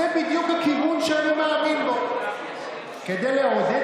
בדיוק הכיוון שאני מאמין בו כדי לעודד